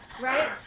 Right